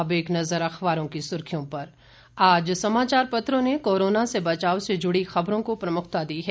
अब एक नजर अखबारों की सुर्खियों पर आज समाचार पत्रों ने कोरोना से बचाव से जुड़ी खबरों को प्रमुखता दी है